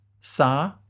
Sa